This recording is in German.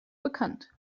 bekannt